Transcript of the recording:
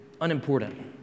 unimportant